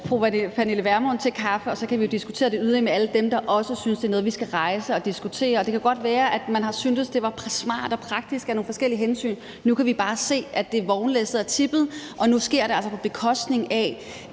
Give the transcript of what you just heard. Pernille Vermund til kaffe, og så kan vi jo diskutere det yderligere med alle dem, der også synes, at det er noget, vi skal rejse og diskutere. Det kan godt være, at man har syntes, at det var smart og praktisk af nogle forskellige hensyn. Nu kan vi bare se, at vognlæsset er tippet, og nu sker det altså på bekostning af